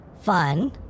fun